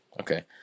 Okay